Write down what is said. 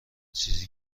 چیزی